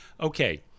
Okay